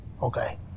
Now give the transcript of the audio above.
Okay